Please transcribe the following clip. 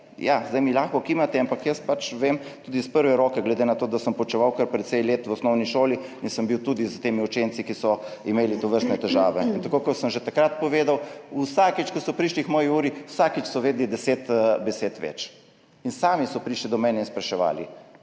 Ja, zdaj mi lahko kimate, ampak jaz pač vem tudi iz prve roke, glede na to, da sem poučeval kar precej let v osnovni šoli in sem bil tudi s temi učenci, ki so imeli tovrstne težave. Tako kot sem že takrat povedal, vsakič ko so prišli k moji uri, vsakič so vedeli 10 besed več. In sami so prišli do mene in spraševali.